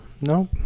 No